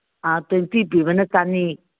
twenty ꯄꯤꯕꯅ ꯆꯥꯅꯤ